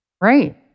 Right